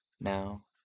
now